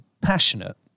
passionate